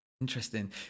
Interesting